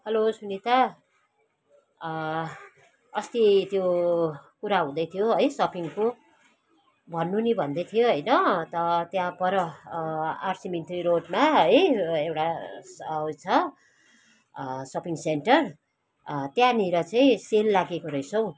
hello Sunita अस्ति त्यो कुरा हुँदै थियो है सपिङको भन्नु नि भन्दै थियो होइन त त्यहाँ पर आरसी मिन्त्री रोडमा है एउटा छ सपिङ सेन्टर त्यहाँनिर चाहिँ सेल लागेको रहेछ हौ